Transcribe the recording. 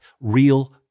real